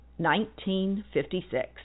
1956